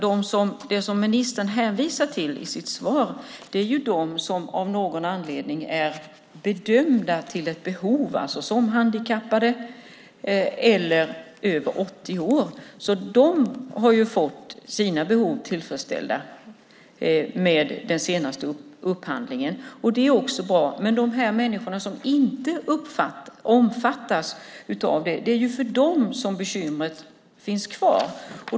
Det som ministern hänvisar till i sitt svar gäller dem som av någon anledning bedöms ha ett behov, såsom handikappade eller personer över 80 år. De har fått sina behov tillfredsställda med den senaste upphandlingen, vilket är bra, men för de människor som inte omfattas av detta finns bekymret kvar.